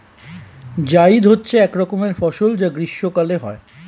জায়িদ হচ্ছে এক রকমের ফসল যা গ্রীষ্মকালে হয়